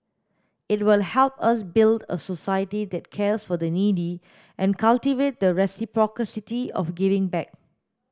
it will help us build a society that cares for the needy and cultivate the reciprocity of giving back